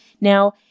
Now